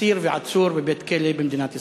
אסיר ועצור בבית-כלא במדינת ישראל?